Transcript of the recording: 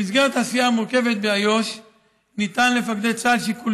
במסגרת העשייה המורכבת באיו"ש ניתן למפקדי צה"ל שיקול